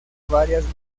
varias